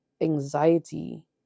anxiety